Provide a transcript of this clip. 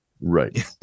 Right